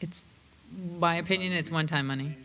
it's my opinion it's one time money